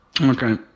Okay